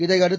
இதையடுத்து